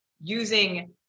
using